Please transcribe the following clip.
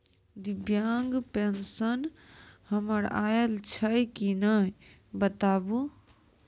दिव्यांग पेंशन हमर आयल छै कि नैय बताबू?